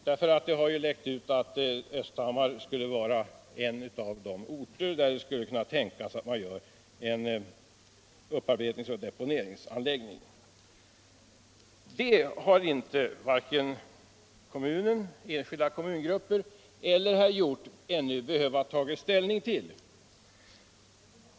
Det har ju läckt ut att Östhammar skulle vara en av de orter där det skulle kunna tänkas att en upparbetningsoch deponeringsanläggning förläggs. Det har inte vare sig kommunen, enskilda kommungrupper eller herr Hjorth ännu behövt ta ställning till.